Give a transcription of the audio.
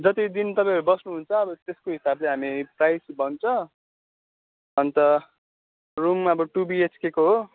जति दिन तपाईँहरू बस्नुहुन्छ अब त्यसको हिसाबले हामी प्राइस भन्छ अन्त रुम अब टू बिएचकेको हो